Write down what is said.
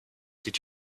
did